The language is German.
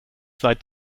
seit